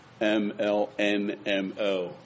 M-L-N-M-O